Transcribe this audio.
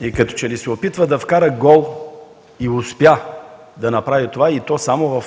и като че ли се опитва да вкара гол и успя да направи това, и то само